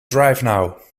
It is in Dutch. drivenow